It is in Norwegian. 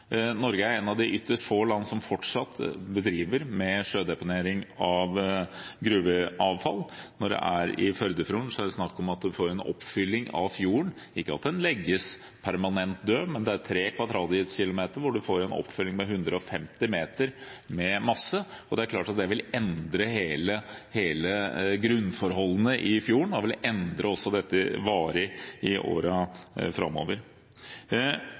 Norge er et av ytterst få land som fortsatt driver med sjødeponering av gruveavfall. I Førdefjorden er det snakk om at en får en fylling av fjorden, ikke at den legges permanent død. Men det er 3 km2 hvor man fyller opp med 150 m masse. Det er klart at det vil endre grunnforholdene i fjorden, og det vil i årene framover endre dette varig. I